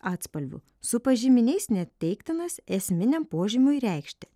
atspalviu su pažyminiais neteiktinas esminiam požymiui reikšti